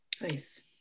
Nice